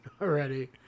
already